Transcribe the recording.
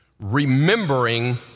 remembering